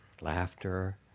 laughter